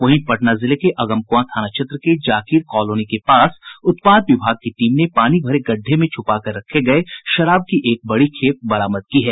वहीं पटना जिले के अगमकुंआ थाना क्षेत्र के जाकिर कॉलोनी के पास उत्पाद विभाग की टीम ने पानी भरे गढ्डे में छुपाकर रखे गये शराब की एक बड़ी खेप बरामद की है